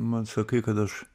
man sakai kad aš